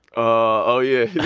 oh, yeah.